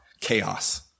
chaos